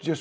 just